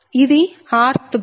ఇది rth bus